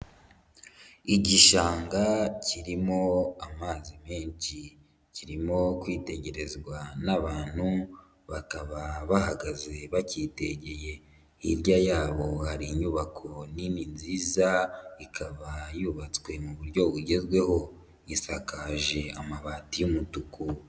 Igishanga kirimo amazi menshi, kirimo kwitegerezwa n'abantu bakaba bahagaze bakiyitegeye, hirya yabo hari inyubako nini nziza, ikaba yubatswe mu buryo bugezweho isakaje amabati y'umutuku.